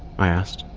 i asked,